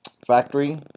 factory